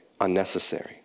unnecessary